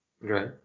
Right